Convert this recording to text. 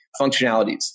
functionalities